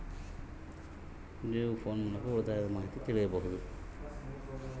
ನಾವು ಫೋನ್ ಮೂಲಕ ಉಳಿತಾಯದ ಮಾಹಿತಿ ತಿಳಿಯಬಹುದಾ?